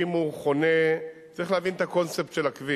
אם הוא חונה, צריך להבין את הקונספט של הכביש.